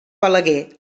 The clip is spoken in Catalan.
balaguer